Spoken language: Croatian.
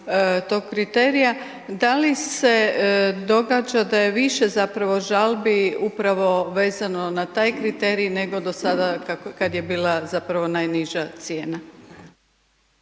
tog kriterija, da li se događa da je više zapravo žalbi upravo vezano na taj kriterij, nego do sada kad je bila zapravo najniža cijena?